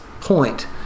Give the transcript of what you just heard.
point